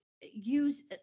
use